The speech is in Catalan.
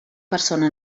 persona